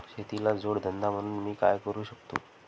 शेतीला जोड धंदा म्हणून मी काय करु शकतो?